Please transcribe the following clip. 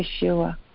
Yeshua